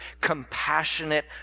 compassionate